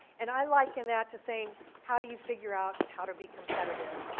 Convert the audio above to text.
and i liken that to saying how do you figure out how to be competitive.